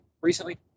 recently